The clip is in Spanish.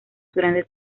grandes